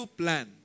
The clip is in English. plan